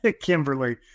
Kimberly